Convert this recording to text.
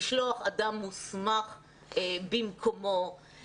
לשלוח אדם מוסמך במקומו,